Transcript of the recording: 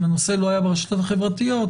אם הנושא לא היה ברשתות החברתיות,